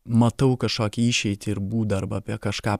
matau kažkokį išeitį ir būdą arba apie kažką